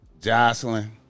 Jocelyn